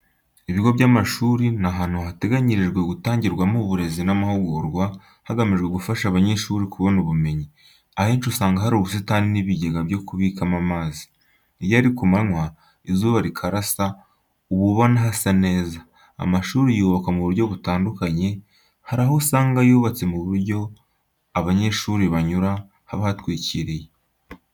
Ibigo by’amashuri ni ahantu hateganyirijwe gutangirwamo uburezi n’amahugurwa, hagamijwe gufasha abanyeshuri kubona ubumenyi. Ahenshi usanga hari ubusitani n'ibijyega byo kubikamo amazi. Iyo ari kumanywa izuba rikarasa uba ubona hasa neza. Amashuri yubakwa mu buryo butandukanye, hari aho usanga yubatse ku buryo aho abanyeshuri banyura haba hatwikiriye.